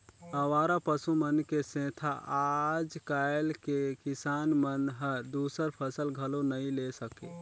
अवारा पसु मन के सेंथा आज कायल के किसान मन हर दूसर फसल घलो नई ले सके